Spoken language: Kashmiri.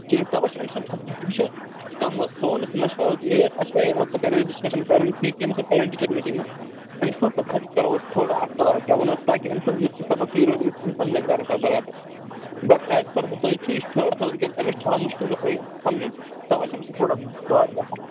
ٹھیٖک تَوَے چھُ أمۍ سُنٛد تھوٚومُت یہِ چیک کَم حظ سون یُس مَشوَرٕ حظ یہِ اَسہِ کریے اوترٕ اوترٕ کریے ڈِسکَشَن پیریٚنٛٹٕس ٹیٖچر ییٚمہِ ساتہٕ پیرنٛٹ ٹیٖچر میٖٹِنٛگ ٲس أمۍ سٕنٛدِ سا خٲطرٕ کرو أسۍ تھوڑا اَکھ کلاس ڈَاوُن حظ تاکہِ أمۍ سُنٛد یُس یہِ سبق چھُ یہِ روزِ أمِس أمۍ سٕنٛدِس میٚقدارَس تام بَرابر بَٹ ایز پٔر دَ تُہۍ چھِو یہِ تھٲڈَس حظ أمِس چھُ یہِ تھوڑا مُشکِل گَژھان یہِ سَمجُن تَوَے چھُ أمِس یہِ تھوڑا بار باسان